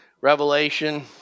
Revelation